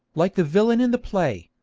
like the villain in the play,